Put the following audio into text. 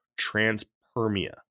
transpermia